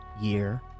year